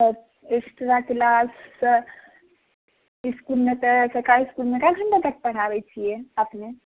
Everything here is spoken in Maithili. अच्छा एक्स्ट्रा क्लास तऽ इसकुलमे तऽ सरकारी इसकुलमे कए घण्टा तक पढ़ाबैत छियै अपने